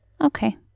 Okay